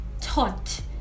taught